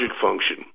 function